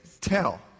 tell